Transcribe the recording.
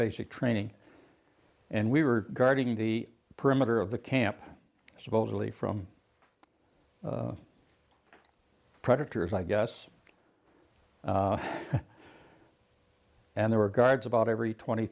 basic training and we were guarding the perimeter of the camp supposedly from predators i guess and there were guards about every twenty